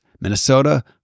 Minnesota